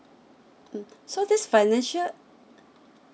mm so this financial